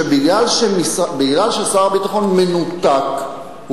משום ששר הביטחון מנותק,